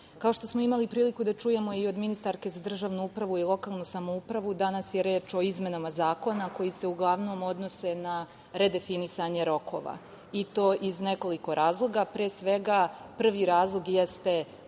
kao što smo imali priliku da čujemo i od ministarke za državnu upravu i lokalnu samoupravu, danas je reč o izmenama zakona koji se uglavnom odnose na redefinisanje rokova, i to iz nekoliko razloga. Prvi razlog jeste